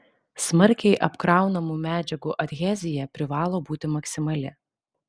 smarkiai apkraunamų medžiagų adhezija privalo būti maksimali